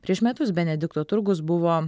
prieš metus benedikto turgus buvo